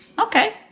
okay